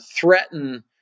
threaten